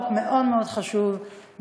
חוק מאוד מאוד חשוב,